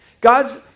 God's